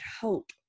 hope